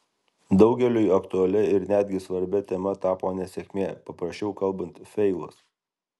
daugeliui aktualia ir netgi svarbia tema tapo nesėkmė paprasčiau kalbant feilas